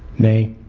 nay